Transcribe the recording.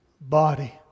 body